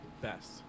best